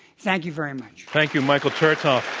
thank you very much. thank you, michael chertoff.